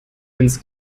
ins